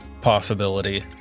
possibility